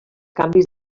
canvis